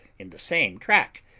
in the same track,